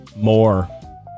more